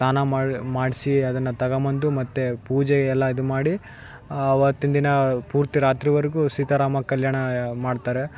ಸ್ನಾನ ಮಾಡಿಸಿ ಅದನ್ನ ತಗೊಂಬಂದು ಮತ್ತು ಪೂಜೆಯೆಲ್ಲ ಅದು ಮಾಡಿ ಅವತ್ತಿಂದಿನ ಪೂರ್ತಿ ರಾತ್ರಿವರೆಗು ಸೀತಾ ರಾಮ ಕಲ್ಯಾಣ ಮಾಡ್ತಾರೆ